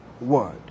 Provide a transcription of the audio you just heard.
word